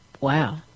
wow